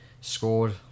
scored